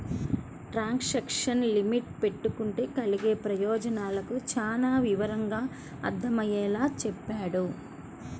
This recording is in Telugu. ట్రాన్సాక్షను లిమిట్ పెట్టుకుంటే కలిగే ప్రయోజనాలను చానా వివరంగా అర్థమయ్యేలా చెప్పాడు